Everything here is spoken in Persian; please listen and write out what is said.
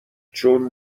چون